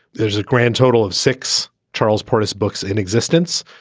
there's a grand total of six. charles portis books in existence.